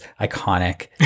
iconic